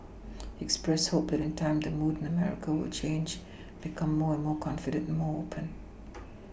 he expressed hope that in time the mood in America will change become more and more confident and more open